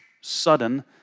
sudden